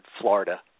Florida